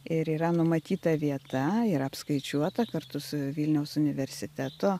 ir yra numatyta vieta yra apskaičiuota kartu su vilniaus universiteto